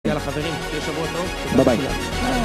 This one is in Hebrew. יאללה חברים, שיהיה שבוע טוב, ביי ביי